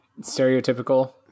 stereotypical